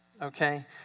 Okay